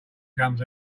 comes